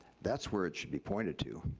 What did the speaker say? that's where it should be pointed to.